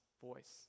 voice